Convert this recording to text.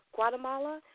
Guatemala